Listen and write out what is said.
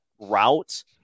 route